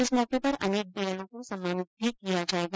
इस मौके पर अनेक बीएलओ को सम्मानित भी किया जायेगा